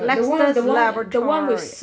dexter's laboratory